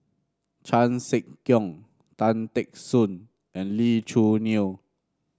Chan Sek Keong Tan Teck Soon and Lee Choo Neo